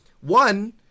one